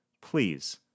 Please